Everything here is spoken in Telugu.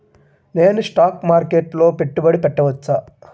నేను స్టాక్ మార్కెట్లో పెట్టుబడి పెట్టవచ్చా?